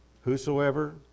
Whosoever